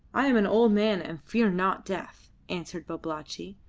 i am an old man and fear not death, answered babalatchi,